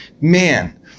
man